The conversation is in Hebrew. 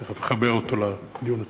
תכף אחבר אותו לדיון עצמו.